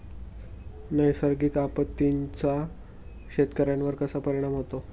नैसर्गिक आपत्तींचा शेतकऱ्यांवर कसा परिणाम होतो?